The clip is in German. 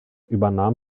übernahm